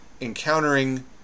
encountering